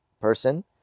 person